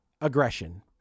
aggression